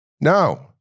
No